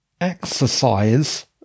exercise